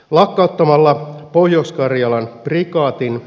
lakkauttamalla pohjois karjalan prikaatin